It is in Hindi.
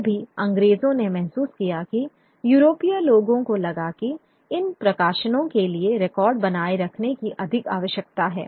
फिर भी अंग्रेजों ने महसूस किया कि यूरोपीय लोगों को लगा कि इन प्रकाशनों के लिए रिकॉर्ड बनाए रखने की अधिक आवश्यकता है